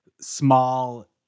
small